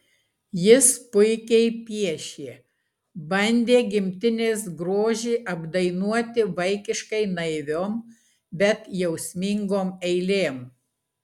jis puikiai piešė bandė gimtinės grožį apdainuoti vaikiškai naiviom bet jausmingom eilėm